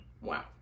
wow